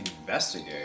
investigate